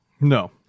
no